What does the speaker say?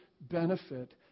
benefit